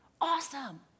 Awesome